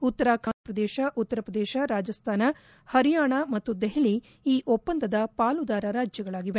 ಉತ್ತರಾಖಂದ ಹಿಮಾಚಲಪ್ರದೇಶ ಉತ್ತರಪ್ರದೇಶ ರಾಜಸ್ದಾನ ಹರಿಯಾಣ ಮತ್ತು ದೆಹಲಿ ಈ ಒಪ್ಪಂದದ ಪಾಲುದಾರ ರಾಜ್ಯಗಳಾಗಿವೆ